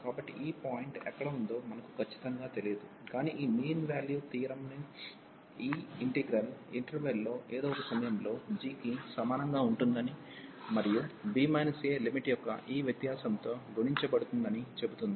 కాబట్టి ఈ పాయింట్ ఎక్కడ ఉందో మనకు ఖచ్చితంగా తెలియదు కాని ఈ మీన్ వాల్యూ థియోరమ్ ఈ ఇంటిగ్రల్ ఇంటర్వెల్ లో ఏదో ఒక సమయంలో g కి సమానంగా ఉంటుందని మరియు b a లిమిట్ యొక్క ఈ వ్యత్యాసంతో గుణించబడుతుందని చెబుతుంది